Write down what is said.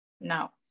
No